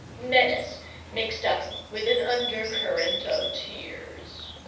menace mixed up with an under-current of tears.